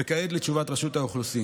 וכעת לתשובת רשות האוכלוסין.